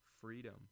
freedom